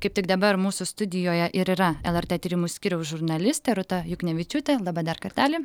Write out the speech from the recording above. kaip tik dabar mūsų studijoje ir yra lrt tyrimų skyriaus žurnalistė rūta juknevičiūtė laba dar kartelį